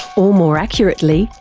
or, more accurately,